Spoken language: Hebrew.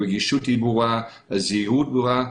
הרגישות היא ברורה והזהירות ברורה.